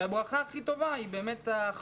הברכה הכי טובה היא האחדות.